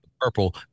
Purple